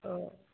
অঁ